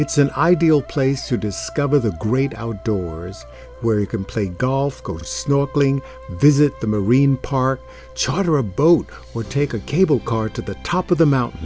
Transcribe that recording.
it's an ideal place to discover the great outdoors where you can play golf course snorkeling visit the marine park charter a boat or take a cable car to the top of the mountain